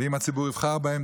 ואם הציבור יבחר בהן,